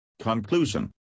Conclusion